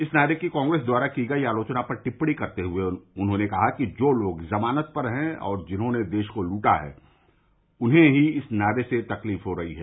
इस नारे की कांप्रेस द्वारा की गई आलोचना पर टिप्पणी करते हुए उन्होंने कहा कि जो लोग जमानत पर हैं और जिन्होंने देश को लूटा है उन्हें ही इस नारे से तकलीफ हो रही है